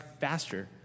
faster